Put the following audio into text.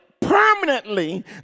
permanently